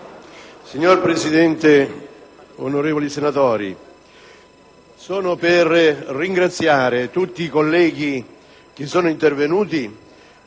Signora Presidente, onorevoli senatori, intendo ringraziare tutti i colleghi che sono intervenuti